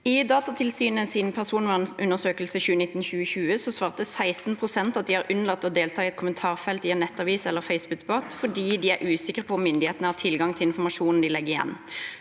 I Datatil- synets personvernundersøkelse for 2019–2020 svarte 16 pst. at de har unnlatt å delta i kommentarfeltet i en nettavis eller i en Facebook-debatt fordi de er usikre på om myndighetene har tilgang til informasjonen de legger igjen.